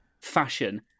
fashion